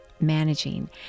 managing